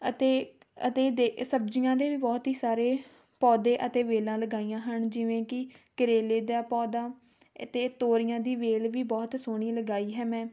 ਅਤੇ ਅਤੇ ਦੇ ਸਬਜ਼ੀਆਂ ਦੇ ਵੀ ਬਹੁਤ ਹੀ ਸਾਰੇ ਪੌਦੇ ਅਤੇ ਵੇਲਾਂ ਲਗਾਈਆਂ ਹਨ ਜਿਵੇਂ ਕਿ ਕਰੇਲੇ ਦਾ ਪੌਦਾ ਅਤੇ ਤੋਰੀਆਂ ਦੀ ਵੇਲ ਵੀ ਬਹੁਤ ਸੋਹਣੀ ਲਗਾਈ ਹੈ ਮੈਂ